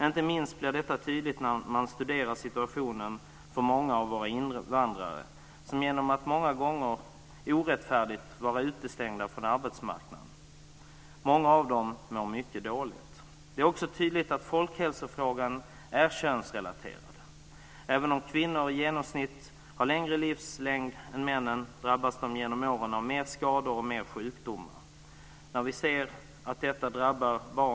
Inte minst blir detta tydligt när man studerar situationen för många av våra invandrare genom att de många gånger är orättfärdigt utestängda från arbetsmarknaden och därmed mår mycket dåligt. Det är också tydligt att folkhälsofrågan är könsrelaterad. Även om kvinnor i genomsnitt har längre livslängd än männen drabbas de genom åren av mer skador och sjukdomar.